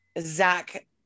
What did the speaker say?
zach